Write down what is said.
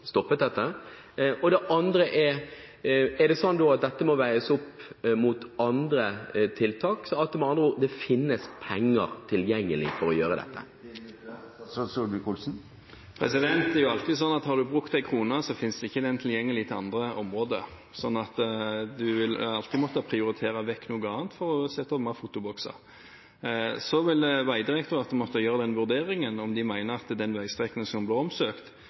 dette? For det andre: Er det sånn at dette må veies opp mot andre tiltak, med andre ord at det finnes penger tilgjengelig for å gjøre dette? Det er alltid sånn at har en brukt en krone, finnes ikke den tilgjengelig til andre områder. Så en vil alltid måtte prioritere vekk noe annet for å sette opp flere fotobokser. Vegdirektoratet vil måtte foreta den vurderingen om de mener den veistrekningen som er omsøkt, faktisk kan få et virkemiddel gjennom streknings-ATK, som gjør at